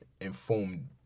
informed